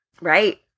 Right